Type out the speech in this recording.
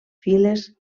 files